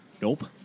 nope